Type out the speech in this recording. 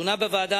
שונה בוועדה,